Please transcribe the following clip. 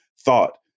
thought